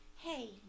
Hey